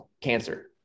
cancer